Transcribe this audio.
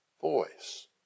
voice